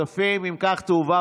אפשר בכספים.